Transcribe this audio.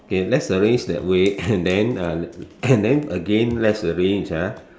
okay let's arrange that way and then uh and then again let's arrange ah